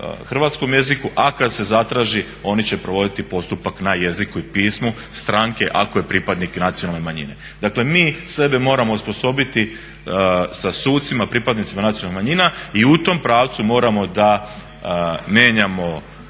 hrvatskom jeziku a kada se zatraži oni će provoditi postupak na jeziku i pismu stranke ako je pripadnik nacionalne manjine. Dakle mi sebe moramo osposobiti sa sucima pripadnicima nacionalnih manjina i u tom pravcu moramo da mijenjamo